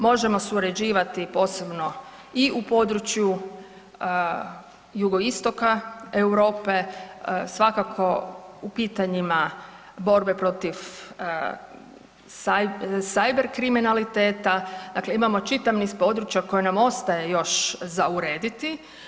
Možemo surađivati posebno i u području jugoistoka Europe, svakako u pitanjima borbe protiv cyber kriminaliteta, dakle imamo čitav niz područja koja nam ostaje još za urediti.